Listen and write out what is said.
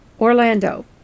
Orlando